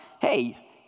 Hey